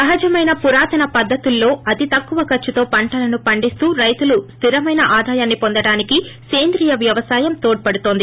సహజమైన పురాతన పద్గతుల్లో అతి తక్కువ ఖర్సుతో పంటలను పండిస్తూ రైతులు స్లిరమైన ఆదాయాన్ని పొందడానికి సంద్రీయ వ్యవసాయం తోడ్చడుతోంది